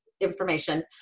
information